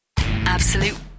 Absolute